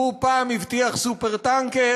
הוא פעם הבטיח "סופר-טנקר",